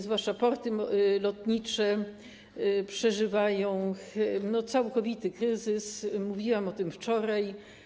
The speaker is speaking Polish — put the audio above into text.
Zwłaszcza porty lotnicze przeżywają całkowity kryzys, mówiłam o tym wczoraj.